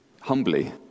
humbly